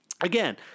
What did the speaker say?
Again